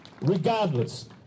regardless